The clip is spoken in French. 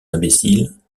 imbéciles